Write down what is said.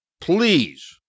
Please